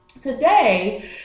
today